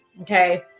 Okay